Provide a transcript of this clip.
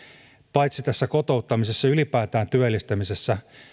paitsi tässä kotouttamisessa myös ylipäätään työllistämisessä